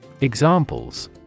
Examples